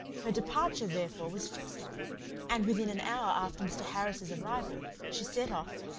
her departure, therefore, was fixed on and within an hour after mr. harris's arrival, she set off,